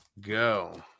go